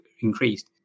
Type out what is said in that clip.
increased